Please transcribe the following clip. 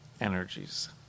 energies